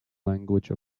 language